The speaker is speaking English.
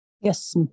Yes